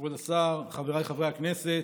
כבוד השר, חבריי חברי הכנסת,